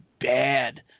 bad